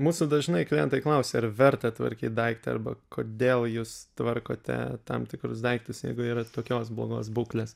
mūsų dažnai klientai klausia ar verta tvarkyt daiktą arba kodėl jūs tvarkote tam tikrus daiktus jeigu yra tokios blogos būklės